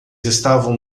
estavam